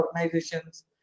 organizations